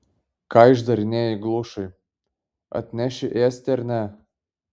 ką išdarinėji glušai atneši ėsti ar ne